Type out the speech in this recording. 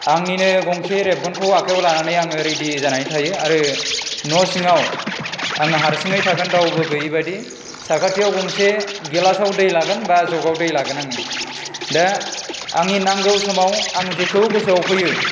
आंनिनो गंसे रेबगनखौ आखाइयाव लानानै आङो रिडि जानानै थायो आरो न' सिङाव आङो हारसिङै थागोन रावबो गोयै बायदि साखाथियाव गंसे गेलासाव दै लागोन बा ज'गाव दै लागोन आङो दा आंनि नांगौ समाव आं जेखौ गोसोआव फैयो